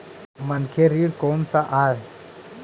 मनखे ऋण कोन स आय?